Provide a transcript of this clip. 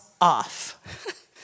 off